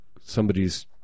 somebody's